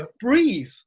breathe